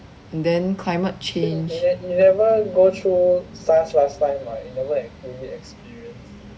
then climate change